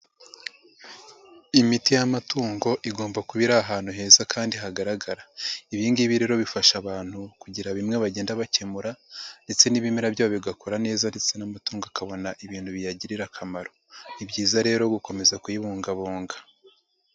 Imiti y'amatungo igomba kuba ari ahantu heza kandi hagaragara. Ibi ngibi rero bifasha abantu kugira bimwe bagenda bakemura ndetse n'ibimera byayo bigakora neza ndetse n'amatungo akabona ibintu biyagirira akamaro. Ni byiza rero gukomeza kuyibungabunga.